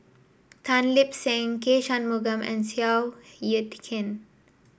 Tan Lip Seng K Shanmugam and Seow Yit Kin